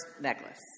necklace